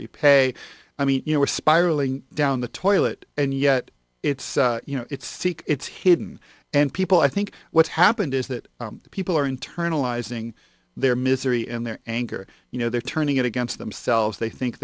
repay i mean you know we're spiraling down the toilet and yet it's you know it's seek it's hidden and people i think what's happened is that people are internalizing their misery and their anger you know they're turning it against themselves they think